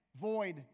void